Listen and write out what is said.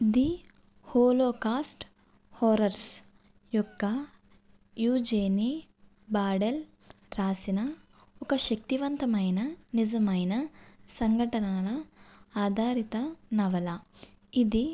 the holocaust horrors యొక్క యూజేని బాడెల్ రాసిన ఒక శక్తివంతమైన నిజమైన సంఘటనాన ఆధారిత నవల ఇది